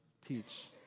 teach